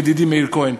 ידידי מאיר כהן,